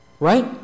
Right